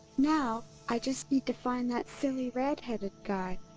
now i just need to find that silly red-headed guy.